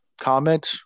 comment